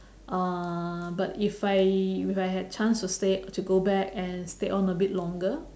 uh but if I if I had chance to stay to go back and stay on a bit longer